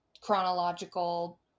chronological